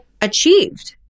achieved